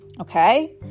Okay